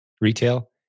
retail